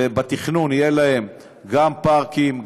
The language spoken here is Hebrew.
ובתכנון יהיו להם גם פארקים,